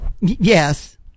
Yes